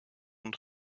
und